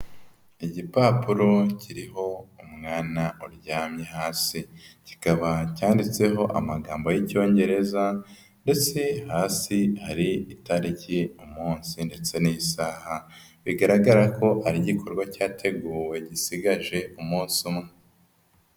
Igipapuro kiriho umwana uryamye hasi. Kikaba cyanditseho amagambo y'Icyongereza ndetse hasi hari itariki, umunsi ndetse n'isaha, bigaragara ko ari igikorwa cyateguwe gisigaje umunsi umwe.